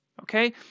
okay